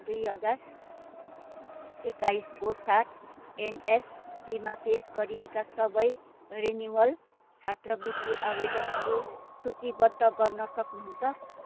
दुुई हजार एक्काइसको साथ एनएसपीमा पेस गरिएका सबै रिन्युवल छात्रवृत्ति आवेदनहरू सूचीबद्ध गर्न सक्नु हुन्छ